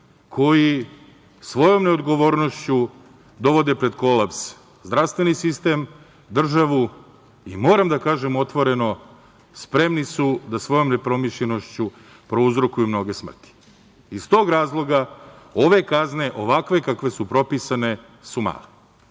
koji svojom neodgovornošću dovode pred kolaps zdravstveni sistem, državu i moram da kažem otvoreno da su spremni da svojom nepromišljenošću prouzrokuju mnoge smrti. Iz tog razloga ove kazne, ovakve kakve su propisane, su